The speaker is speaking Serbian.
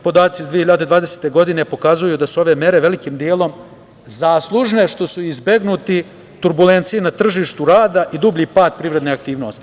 Podaci iz 2020. godine pokazuju da su ove mere velikim delom zaslužne što su izbegnute turbulencije na tržištu rada i dublji pad privrednih aktivnosti.